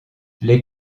les